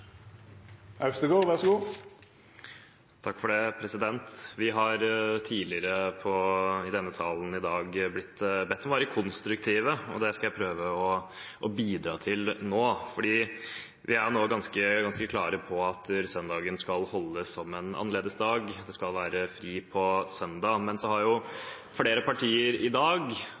Vi har tidligere i denne salen i dag blitt bedt om å være konstruktive, og det skal jeg prøve å bidra til nå. Vi er ganske klare på at søndagen skal holdes som en annerledes dag, at det skal være fri på søndag. Men så har jo flere partier i dag,